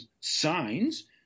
signs